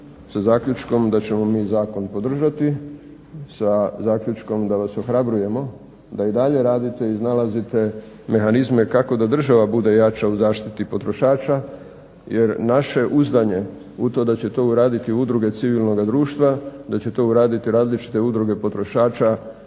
sa zaključkom da ćemo mi zakon podržati, sa zaključkom da vas ohrabrujemo da i dalje radite, iznalazite mehanizme kako da država bude jača u zaštiti potrošača jer naše uzdanje u to da će to uraditi udruge civilnoga društva, da će to uraditi različite udruge potrošača